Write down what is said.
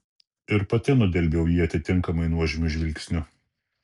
ir pati nudelbiau jį atitinkamai nuožmiu žvilgsniu